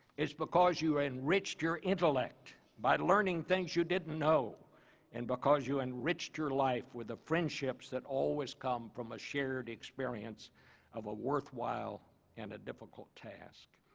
it's because you have enriched your intellect by learning things you didn't know and because you enriched your life with the friendships that always come from a shared experience of a worthwhile and difficult task.